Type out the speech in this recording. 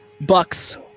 Bucks